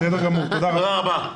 רון תומר,